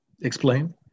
Explain